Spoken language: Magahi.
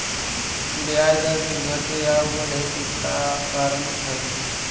ब्याज दर के घटे आउ बढ़े के का कारण हई?